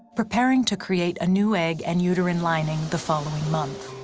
preparing to create a new egg and uterine lining the following month.